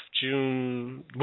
June